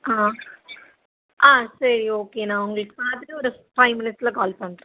ஆ ஆ சரி ஓகே நான் உங்களுக்கு பார்த்துட்டு ஒரு ஃபைவ் மினிட்ஸ்ல கால் பண்ணுறேன்